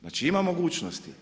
Znači ima mogućnosti.